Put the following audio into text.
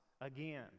again